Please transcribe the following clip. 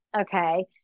okay